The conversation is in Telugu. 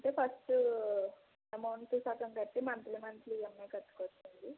అంటే ఫష్ట్ ఎమౌంట్ని సగం కట్టి మంథ్లీ మంథ్లీ ఈఎంఐ కట్టుకోవచ్చా అండి